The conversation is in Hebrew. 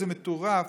איזה מטורף,